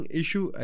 issue